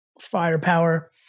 firepower